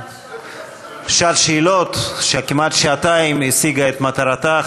שעת השאלות של כמעט שעתיים השיגה את מטרתה.